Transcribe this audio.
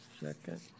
Second